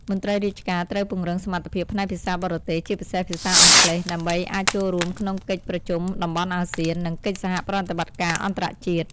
មន្ត្រីរាជការត្រូវពង្រឹងសមត្ថភាពផ្នែកភាសាបរទេស ជាពិសេសភាសាអង់គ្លេស ដើម្បីអាចចូលរួមក្នុងកិច្ចប្រជុំតំបន់អាស៊ាន និងកិច្ចសហប្រតិបត្តិការអន្តរជាតិ។